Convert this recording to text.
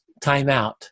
timeout